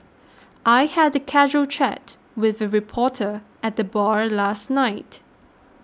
I had a casual chat with a reporter at the bar last night